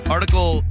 Article